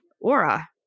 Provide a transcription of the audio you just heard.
aura